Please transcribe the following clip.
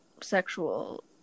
sexual